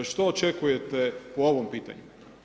Što očekujete po ovom pitanju?